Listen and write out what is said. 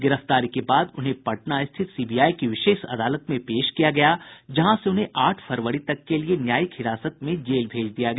गिरफ्तारी के बाद उन्हें पटना स्थित सीबीआई की विशेष अदालत में पेश किया गया जहां से उन्हें आठ फरवरी तक के लिए न्यायिक हिरासत में जेल भेज दिया गया